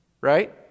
Right